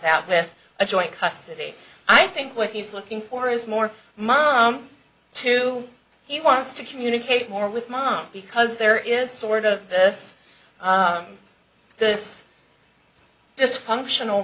that with a joint custody i think what he's looking for is more money too he wants to communicate more with mom because there is sort of this this dysfunctional